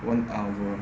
one hour